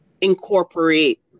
incorporate